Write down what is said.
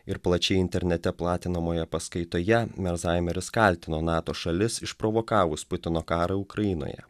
ir plačiai internete platinamoje paskaitoje mershaimeris kaltino nato šalis išprovokavus putino karą ukrainoje